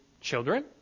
children